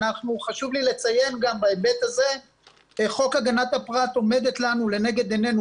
חשוב לי לציין גם בהיבט הזה שחוק הגנת הפרט עומד לנגד עינינו